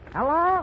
Hello